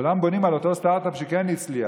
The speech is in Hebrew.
כולם בונים על אותו סטרטאפ שכן הצליח.